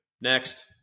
Next